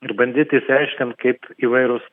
ir bandyti išsiaiškint kaip įvairūs